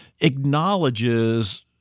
acknowledges